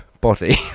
body